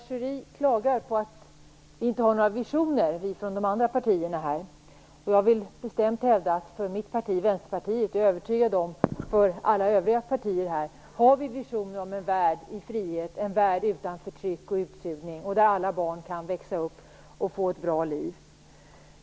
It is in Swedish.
Herr talman! Pierre Schori klagar på att vi från de andra partierna inte har några visioner. Jag vill bestämt hävda, både för Vänsterpartiets och för alla övriga partiers del, att vi har visioner om en värld i frihet, en värld utan förtryck och utsugning där alla barn kan växa upp och få ett bra liv.